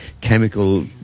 chemical